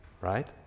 right